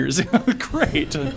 great